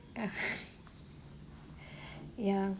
uh yeah